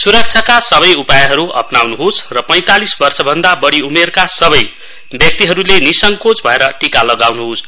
स्रक्षाका सबै उपायहरु अप्नाउन्होस र पैंतालिस वर्षभन्दा बढ़ी उमेरका सबै व्यक्तिहरुले निसङ्कोच भएर टीका लगाउन्होस